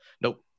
Nope